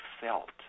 felt